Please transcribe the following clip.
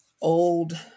old